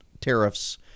tariffs